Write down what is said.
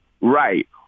right